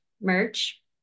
merch